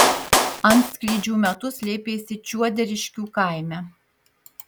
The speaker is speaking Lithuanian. antskrydžių metu slėpėsi čiuoderiškių kaime